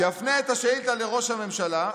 " יפנה את השאילתה לראש הממשלה,